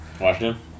Washington